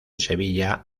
sevilla